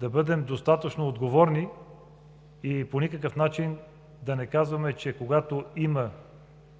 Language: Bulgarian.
да бъдем достатъчно отговорни и по никакъв начин да не казваме, че когато има